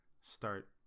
start